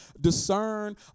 discern